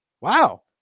Wow